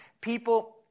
people